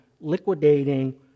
liquidating